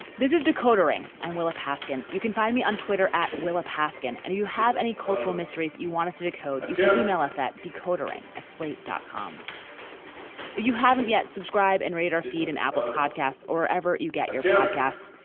this is decoder ring. i'm willa paskin. you can find me on twitter at willa paskin. and do you have any cultural mysteries you want us to decode? you can email us at decoder ring at slate. com you haven't yet subscribe and read our feed and apple podcast or ever you get your podcasts.